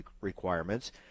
requirements